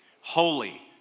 Holy